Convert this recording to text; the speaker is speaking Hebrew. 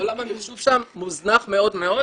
עולם המחשוב שם מוזנח מאוד מאוד.